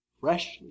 freshly